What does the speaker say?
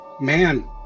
man